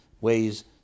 ways